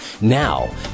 Now